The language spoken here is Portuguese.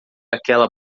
aquela